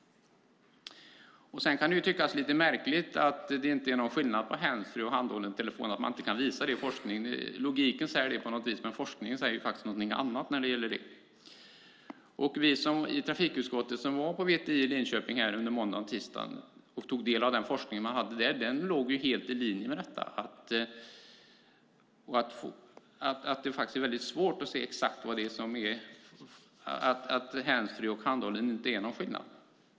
Det kan tyckas lite märkligt att forskningen inte kan visa att det är någon skillnad mellan handsfree och handhållen telefon. Logiken säger att det skulle vara det, men forskningen säger någonting annat. Vi i trafikutskottet som var på VTI i Linköping under måndagen och tisdagen och tog del av den forskning de hade där fick veta att den ligger helt i linje med detta att det inte är någon skillnad mellan handsfree och handhållen telefon.